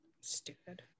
stupid